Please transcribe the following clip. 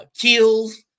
kills